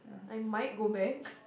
I might go back